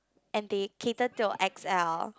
and they cater to X_L